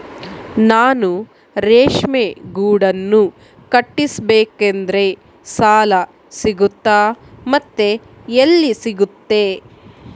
ನಾನು ರೇಷ್ಮೆ ಗೂಡನ್ನು ಕಟ್ಟಿಸ್ಬೇಕಂದ್ರೆ ಸಾಲ ಸಿಗುತ್ತಾ ಮತ್ತೆ ಎಲ್ಲಿ ಸಿಗುತ್ತೆ?